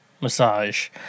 Massage